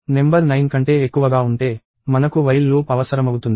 number 9 కంటే ఎక్కువగా ఉంటే మనకు while లూప్ అవసరమవుతుంది